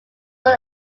dual